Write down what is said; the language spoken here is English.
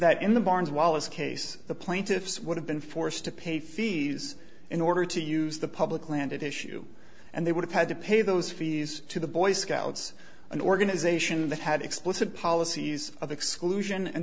that in the barnes wallace case the plaintiffs would have been forced to pay fees in order to use the public land issue and they would have had to pay those fees to the boy scouts an organization that had explicit policies of exclusion and